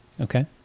Okay